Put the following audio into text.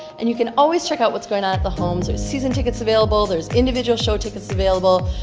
and you can always check out what's going on at the holmes, season tickets available, there's individual show tickets available,